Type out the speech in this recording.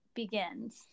begins